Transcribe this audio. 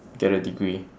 get a degree